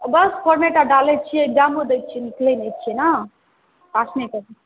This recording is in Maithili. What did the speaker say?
बस फोर्मेट टा डालैत छियै इक्जामो दय छियै निकलैत नहि छियै ने पास नहि कर